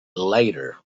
later